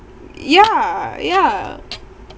yeah yeah